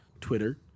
Twitter